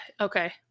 Okay